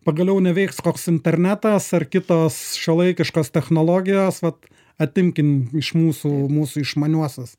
pagaliau neveiks koks internetas ar kitos šiuolaikiškos technologijos vat atimkim iš mūsų mūsų išmaniuosius